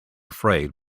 afraid